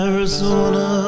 Arizona